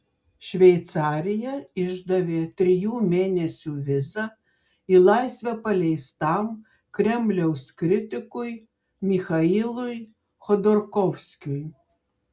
šveicarija išdavė trijų mėnesių vizą į laisvę paleistam kremliaus kritikui michailui chodorkovskiui